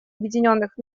объединенных